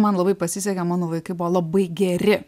man labai pasisekė mano vaikai buvo labai geri